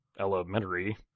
Elementary